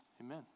amen